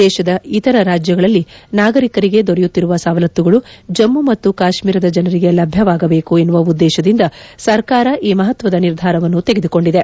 ದೇಶದ ಇತರ ರಾಜ್ಯಗಳಲ್ಲಿ ನಾಗರಿಕರಿಗೆ ದೊರೆಯುತ್ತಿರುವ ಸವಲತ್ತುಗಳು ಜಮ್ಮು ಮತ್ತು ಕಾಶ್ಮೀರದ ಜನರಿಗೆ ಲಭ್ಯವಾಗಬೇಕು ಎನ್ನುವ ಉದ್ದೇಶದಿಂದ ಸರ್ಕಾರ ಈ ಮಹತ್ವದ ನಿರ್ಧಾರವನ್ನು ತೆಗೆದುಕೊಂಡಿದೆ